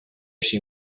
she